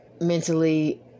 mentally